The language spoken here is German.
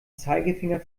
zeigefinger